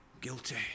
guilty